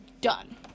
done